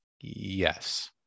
Yes